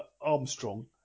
Armstrong